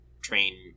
train